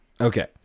Okay